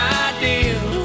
ideal